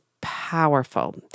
powerful